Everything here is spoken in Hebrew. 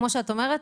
כמו שאת אומרת,